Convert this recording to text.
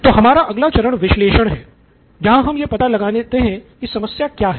तो हमारा अगला चरण विश्लेषण है जहां हम यह पता लगाते हैं कि समस्या क्या है